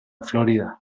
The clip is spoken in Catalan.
florida